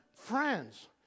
friends